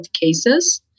cases